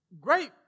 Great